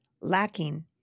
lacking